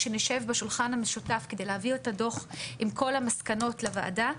כשנשב בשולחן המשותף כדי להביא את הדוח עם כל המסקנות לוועדה,